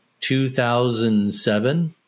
2007